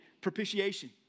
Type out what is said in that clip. propitiation